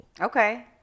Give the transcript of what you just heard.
Okay